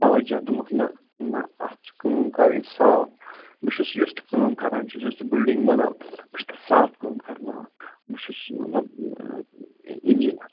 تَوَجہ دوٚپُکھ نہَ نہَ اَتھ چھِ کٲم کَرٕنۍ صاف بہٕ چھُس یُس تہِ کٲم کَران چھُس یُس تہِ بِلڈِنٛگ بَناو بہٕ چھُس تَتھ صاف کٲم کَرناوان بہٕ چھُس مطلب اِنجیٖنَر